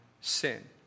sin